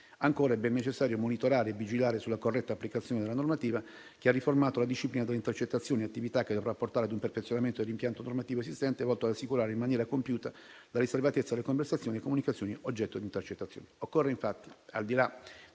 Ancora, è ben necessario monitorare e vigilare sulla corretta applicazione della normativa, che ha riformato la disciplina delle intercettazioni, attività che dovrà portare a un perfezionamento dell'impianto normativo esistente, volto ad assicurare in maniera compiuta la riservatezza delle conversazioni e comunicazioni oggetto di intercettazione. Occorre, infatti, al di là